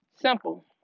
Simple